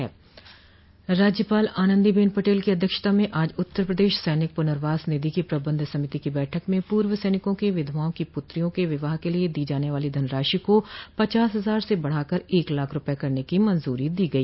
राज्यपाल आनन्दीबेन पटेल की अध्यक्षता में आज उत्तर प्रदेश सैनिक पुनर्वास निधि की प्रबंध समिति की बैठक में पूर्व सैनिकों की विधवाओं की पुत्रियों के विवाह के लिये दी जाने वाली धनराशि को पचास हजार से बढ़ाकर एक लाख रूपये करने की मंजूरी दी गई